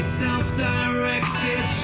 self-directed